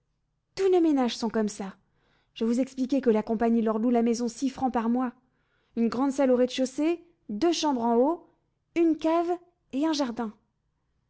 tous nos ménages sont comme ça je vous expliquais que la compagnie leur loue la maison six francs par mois une grande salle au rez-de-chaussée deux chambres en haut une cave et un jardin